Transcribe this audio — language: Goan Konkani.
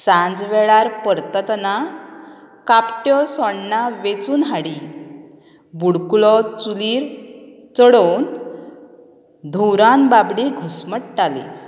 सांज वेळार परततना कापट्यो सोण्णां वेचून हाडी बुडकुलो चुलीर चडोवन धुवरान बाबडी घुस्मट्टाली